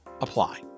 apply